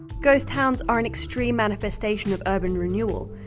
ghost towns are an extreme manifestation of urban renewal,